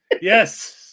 yes